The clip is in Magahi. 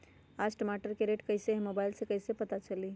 आज टमाटर के रेट कईसे हैं मोबाईल से कईसे पता चली?